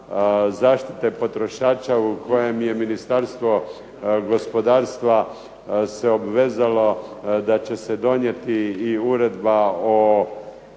zaštite potrošača u kojem je Ministarstvo gospodarstva se obvezalo da će se donijeti i uredba o